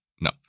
No